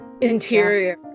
interior